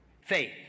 faith